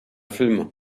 filme